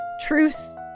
truce